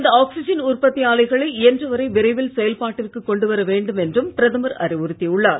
இந்த ஆக்ஸிஜன் உற்பத்தி ஆலைகளை இயன்ற வரை விரைவில் செயல்பாட்டிற்கு கொண்டு வர வேண்டும் என்றும் பிரதமர் அறிவுறுத்தியுள்ளார்